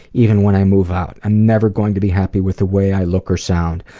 even when i move out. i'm never going to be happy with the way i look or sound.